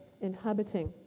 inhabiting